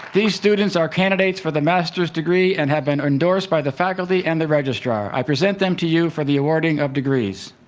these students are candidates for the masters degree and have been endorsed by the faculty and the registrar. i present them to you for the awarding of degrees.